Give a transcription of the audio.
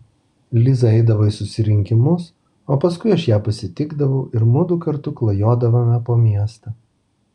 liza eidavo į susirinkimus o paskui aš ją pasitikdavau ir mudu kartu klajodavome po miestą